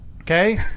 Okay